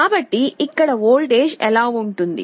కాబట్టి ఇక్కడ వోల్టేజ్ ఎలా ఉంటుంది